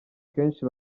kenshi